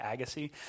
Agassi